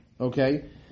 Okay